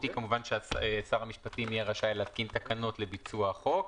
היא ששר המשפטים יהיה רשאי להתקין תקנות לביצוע החוק.